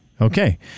okay